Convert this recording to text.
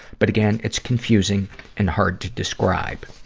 but again, it's confusing and hard to describe.